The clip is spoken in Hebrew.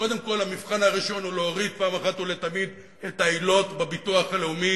קודם כול המבחן הראשון הוא להוריד אחת ולתמיד את העילות בביטוח הלאומי